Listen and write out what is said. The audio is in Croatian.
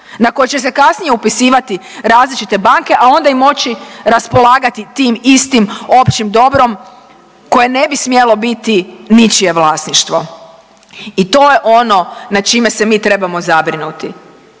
na koje će se kasnije upisivati različite banke, a onda i moći raspolagati tim istim općim dobrom koje ne bi smjelo biti ničije vlasništvo. I to je ono na čime se mi trebamo zabrinuti,